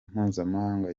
mpuzamahanga